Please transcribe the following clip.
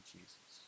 Jesus